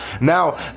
Now